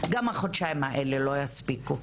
גם החודשיים האלה לא יספיקו.